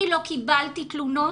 אני לא קיבלתי תלונות,